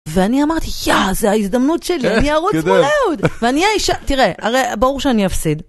ואני אמרתי, יאה, זו ההזדמנות שלי, אני ארוץ מול אהוד, ואני אהיה אישה, תראה, הרי ברור שאני אפסיד.